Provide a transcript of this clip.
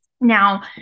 Now